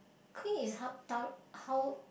clean is how tho~ how